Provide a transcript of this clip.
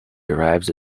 derives